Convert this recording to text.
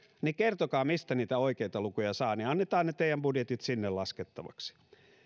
niin kertokaa mistä niitä oikeita lukuja saa niin annetaan ne teidän budjettinne sinne laskettaviksi